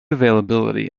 availability